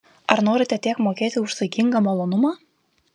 ar norite tiek mokėti už saikingą malonumą